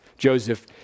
Joseph